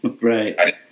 Right